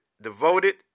devoted